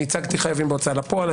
ייצגתי חייבים בהוצאה לפועל,